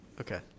Okay